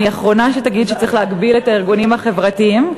אני האחרונה שתגיד שצריך להגביל את הארגונים החברתיים.